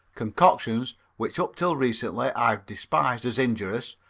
concoctions which up till recently i have despised as injurious,